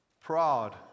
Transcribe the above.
proud